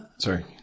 sorry